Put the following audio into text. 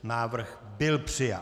Návrh byl přijat.